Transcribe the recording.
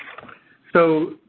so,